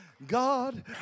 God